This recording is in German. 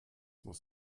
muss